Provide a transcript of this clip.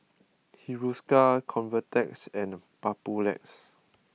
Hiruscar Convatec and Papulex